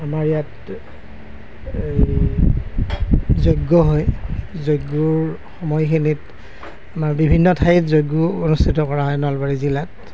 আমাৰ ইয়াত এই যজ্ঞ হয় যজ্ঞৰ সময়খিনিত আমাৰ বিভিন্ন ঠাইত যজ্ঞও অনুষ্ঠিত কৰা হয় নলবাৰী জিলাত